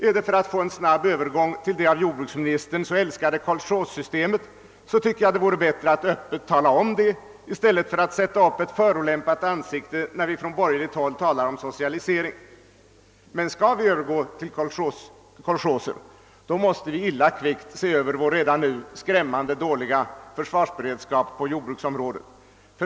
Är det för att få en snabb övergång till det av jordbruksministern så älskade kolchossystemet, tyckar jag det vore bättre att öppet tala om det i stället för att sätta upp ett förolämpat ansikte när vi från borgeligt håll talar om socialisering. Men skall vi övergå till kolchoser, måste vi se över vår redan nu skrämmande dåliga försvarsberedskap på jordbruksområdet.